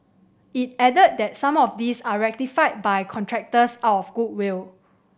it added that some of these are rectified by contractors out of goodwill